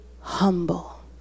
humble